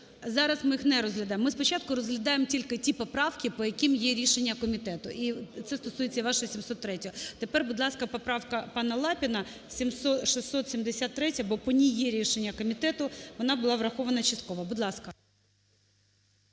Зараз ми їх не розглядаємо. Ми спочатку розглядаємо тільки ті поправки, по яким є рішення комітету. І це стосується і вашої 703-ї. Тепер, будь ласка, поправка пана Лапіна 673-я. Бо по ній є рішення комітету, вона була врахована частково. Будь ласка.